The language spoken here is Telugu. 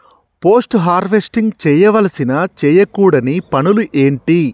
పోస్ట్ హార్వెస్టింగ్ చేయవలసిన చేయకూడని పనులు ఏంటి?